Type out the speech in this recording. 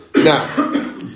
Now